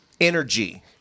energy